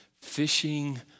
fishing